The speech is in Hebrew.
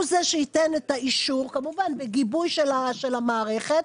הוא זה שייתן את האישור כמובן בגיבוי של המערכת.